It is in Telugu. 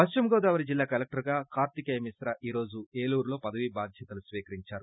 పశ్చిమ గోదావరి జిల్లా కలెక్టర్ గా కార్తికేయ మిశ్రా ఈరోజు ఏలూరులో పదవీ బాధ్యతలు స్వీకరించారు